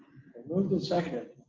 moved and seconded.